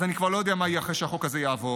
אז אני כבר לא יודע מה יהיה אחרי שהחוק הזה יעבור,